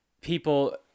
people